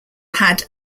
had